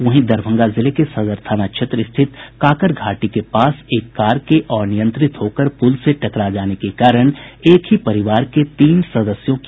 वहीं दरभंगा जिले के सदर थाना क्षेत्र स्थित काकरघाटी के पास एक कार के अनियंत्रित होकर पुल से टकरा जाने के कारण एक ही परिवार के तीन सदस्यों की मौत हो गयी